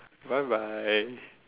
bye bye